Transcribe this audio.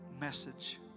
message